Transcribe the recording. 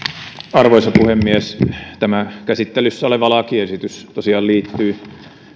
arvoisa puhemies tämä käsittelyssä oleva lakiesitys tosiaan liittyy